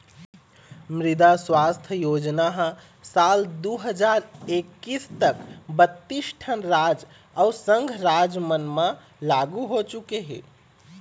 मृदा सुवास्थ योजना ह साल दू हजार एक्कीस तक बत्तीस ठन राज अउ संघ राज मन म लागू हो चुके हे